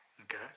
Okay